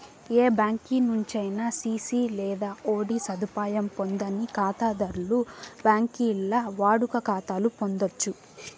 ఏ బ్యాంకి నుంచైనా సిసి లేదా ఓడీ సదుపాయం పొందని కాతాధర్లు బాంకీల్ల వాడుక కాతాలు పొందచ్చు